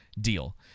deal